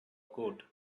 coat